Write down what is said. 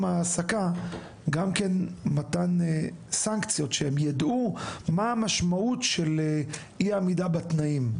ההעסקה גם כן מתן סנקציות שהם ידעו מה המשמעות של אי עמידה בתנאים.